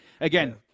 again